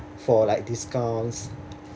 for like discounts